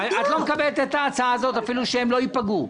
את לא מקבלת את ההצעה הזאת אפילו שהם לא יפגעו?